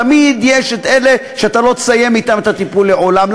תמיד יש את אלה שאתה לא תסיים אתם את הטיפול בהם לעולם.